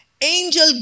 Angel